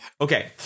okay